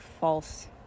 false